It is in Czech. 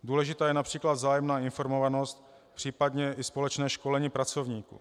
Důležitá je např. vzájemná informovanost, případně i společné školení pracovníků.